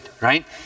right